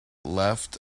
left